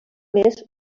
més